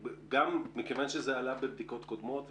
מכיוון שזה עלה בבדיקות קודמות,